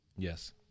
yes